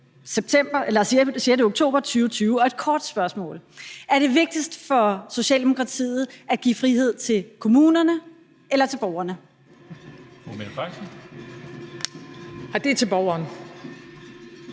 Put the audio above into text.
6. oktober 2020. Jeg har et kort spørgsmål: Er det vigtigste for Socialdemokratiet at give frihed til kommunerne eller til borgerne? Kl. 13:21 Formanden